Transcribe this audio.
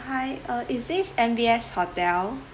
hi uh is this M_B_S hotel